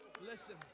Listen